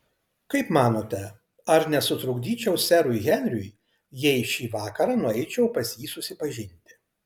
kaip manote ar nesutrukdyčiau serui henriui jei šį vakarą nueičiau pas jį susipažinti